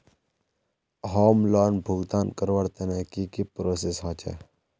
Home loan भुगतान करवार तने की की प्रोसेस होचे?